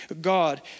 God